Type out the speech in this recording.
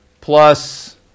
plus